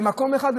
במקום אחד,